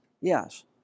Yes